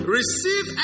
Receive